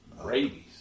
Rabies